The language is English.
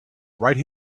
right